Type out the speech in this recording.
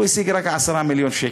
הוא השיג רק 10 מיליון שקל.